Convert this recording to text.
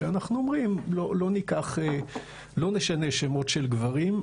שאנחנו אומרים לא נשנה שמות של גברים,